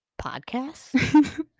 podcast